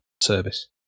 service